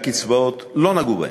והקצבאות לא נגעו בהם.